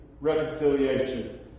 reconciliation